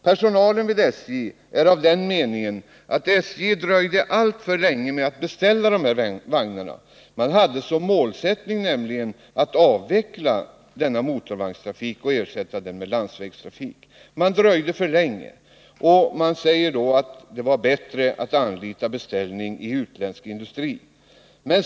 Personalen vid SJ är av den meningen att SJ dröjde alltför länge med att beställa dessa vagnar. Man hade nämligen som målsättning att avveckla denna motorvagnstrafik och ersätta den med landsvägstrafik. Man dröjde alltså för länge och sade att det var bättre att anlita en utländsk industri.